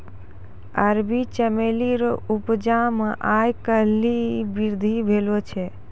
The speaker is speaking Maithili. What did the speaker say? अरबी चमेली रो उपजा मे आय काल्हि वृद्धि भेलो छै